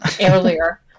earlier